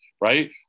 right